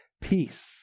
peace